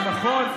זה נכון,